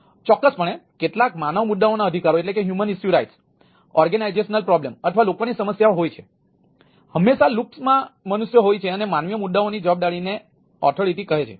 ચોક્કસપણે કેટલાક માનવ મુદ્દાઓના અધિકારો કહે છે